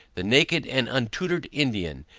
the naked and untutored indian,